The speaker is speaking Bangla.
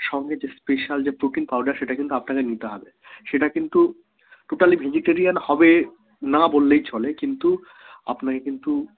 সঙ্গে যে স্পেশাল যে প্রোটিন পাউডার সেটা কিন্তু আপনাকে নিতে হবে সেটা কিন্তু টোটালি ভেজিটেরিয়ান হবে না বললেই চলে কিন্তু আপনাকে কিন্তু